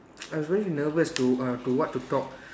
I was really very nervous to uh to what to talk